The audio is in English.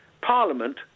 Parliament